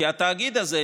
כי התאגיד הזה,